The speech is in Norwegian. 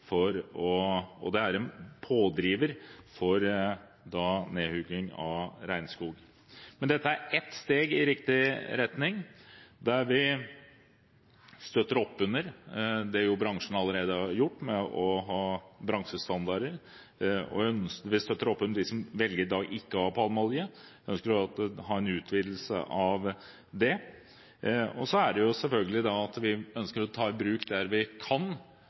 er en pådriver for nedhugging av regnskog. Dette er ett steg i riktig retning ved at vi støtter opp om det bransjen allerede har gjort ved å ha bransjestandarder. Vi støtter opp om dem som i dag velger ikke å ha palmeolje, og Venstre ønsker en utvidelse av det. Så ønsker vi selvfølgelig å ta i bruk bestillinger der vi kan